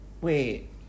Wait